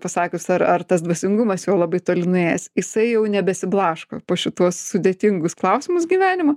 pasakius ar ar tas dvasingumas jau labai toli nuėjęs jisai jau nebesiblaško po šituos sudėtingus klausimus gyvenimo